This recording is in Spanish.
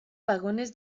vagones